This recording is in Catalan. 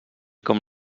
com